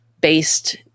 based